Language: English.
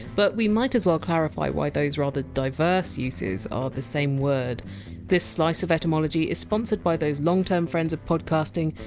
but we might as well clarify why those rather diverse uses are the same word this slice of etymology is sponsored by those longterm friends of podcasting,